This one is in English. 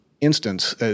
instance